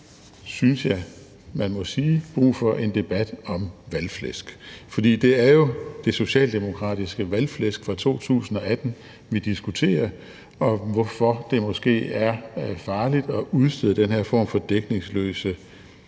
synes jeg man må sige, brug for en debat om valgflæsk, fordi det jo er det socialdemokratiske valgflæsk fra 2018, vi diskuterer, og hvorfor det måske er farligt at udstede den her form for dækningsløse